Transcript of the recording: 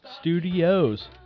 studios